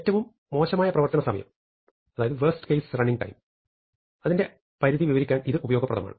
ഏറ്റവും മോശം പ്രവർത്തനസമയ ത്തിന്റെ പരിധി വിവരിക്കാൻ ഇത് ഉപയോഗപ്രദമാണ്